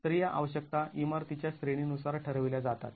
तर या आवश्यकता इमारतीच्या श्रेणीनुसार ठरविल्या जातात